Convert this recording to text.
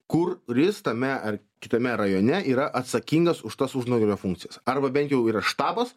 kur ris tame ar kitame rajone yra atsakingas už tas užnugario funkcijas arba bent jau yra štabas